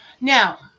Now